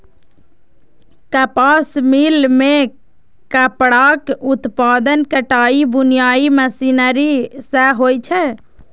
कपास मिल मे कपड़ाक उत्पादन कताइ बुनाइ मशीनरी सं होइ छै